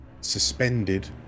suspended